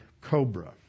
cobra